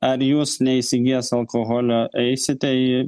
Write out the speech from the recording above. ar jūs neįsigijęs alkoholio eisite į